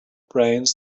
brains